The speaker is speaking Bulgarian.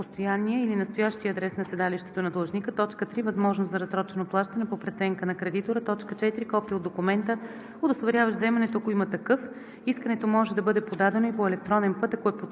постоянния или настоящия адрес или седалището на длъжника; 3. възможност за разсрочено плащане – по преценка на кредитора; 4. копие от документа, удостоверяващ вземането, ако има такъв. Искането може да бъде подадено и по електронен път, ако е подписано